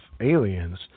aliens